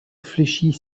fléchit